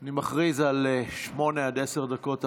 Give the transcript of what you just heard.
אני מכריז על שמונה עד עשר דקות הפסקה.